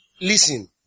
Listen